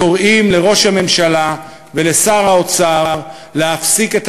קוראים לראש הממשלה ולשר האוצר להפסיק את